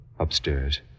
upstairs